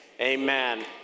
Amen